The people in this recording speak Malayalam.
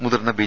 മുതിർന്ന ബി